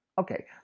Okay